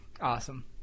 Awesome